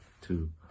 Two